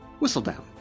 Whistledown